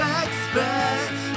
expect